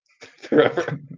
Forever